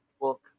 book